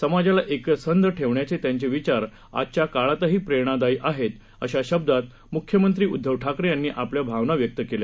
समाजाला एकसंध ठेवण्याचे त्यांचे विचार आजच्या काळातही प्रेरणादायी आहेत अशा शब्दात मुख्यमंत्री उद्दव ठाकरे यांनी आपल्या भावना व्यक्त केल्या